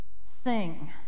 sing